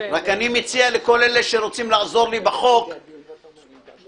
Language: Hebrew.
אני מציע לכל אלה שרוצים לעזור לי בחוק, שיקצרו.